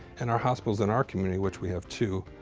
and our hospitals in our community, which we have two,